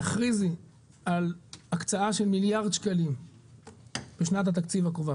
תכריזי על הקצאה של מיליארד שקלים בשנת התקציב הקרובה,